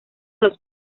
los